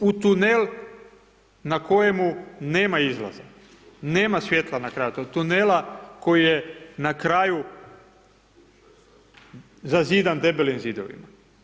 U tunel na kojemu nema izlaza, nema svjetla na kraju tunela, tunela koji je na kraju zazidan debelim zidovima.